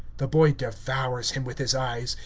the boy devours him with his eyes.